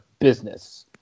business